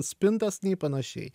spintas nei panašiai